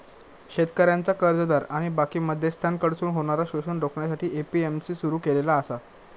शेतकऱ्यांचा कर्जदार आणि बाकी मध्यस्थांकडसून होणारा शोषण रोखण्यासाठी ए.पी.एम.सी सुरू केलेला आसा